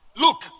Look